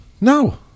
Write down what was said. No